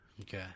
Okay